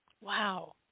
Wow